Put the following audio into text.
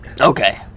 Okay